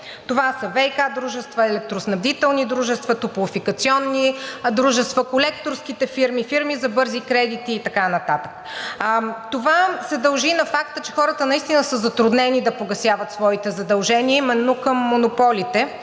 това са ВиК дружества, електроснабдителни дружества, топлофикационни дружества, колекторските фирми, фирми за бързи кредити и така нататък. Това се дължи на факта, че хората наистина са затруднени да погасяват своите задължения именно към монополите,